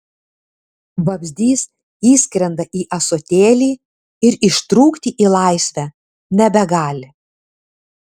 vabzdys įskrenda į ąsotėlį ir ištrūkti į laisvę nebegali